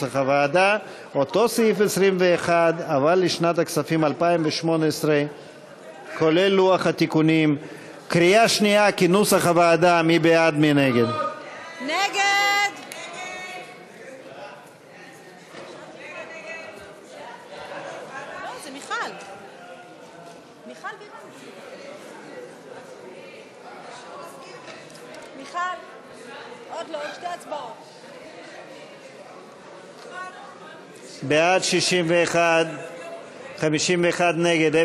אנחנו נמשוך את שאר ההסתייגויות לסעיף 21. חברי הכנסת,